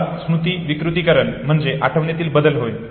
मुळात स्मृती विकृतीकरण म्हणजे आठवणीतील बदल होय